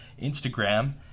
Instagram